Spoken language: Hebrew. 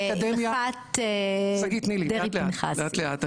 לאט לאט,